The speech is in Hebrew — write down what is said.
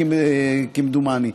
כמדומני.